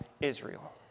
Israel